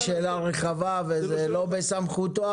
זה שאלה רחבה וזה לא בסמכותו,